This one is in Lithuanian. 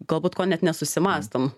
galbūt ko net nesusimąstom